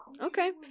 okay